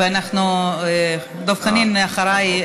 דב חנין אחריי,